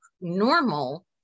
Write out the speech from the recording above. normal